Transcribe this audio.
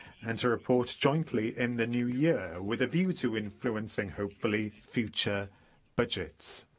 and to report jointly in the new year, with a view to influencing, hopefully, future budgets.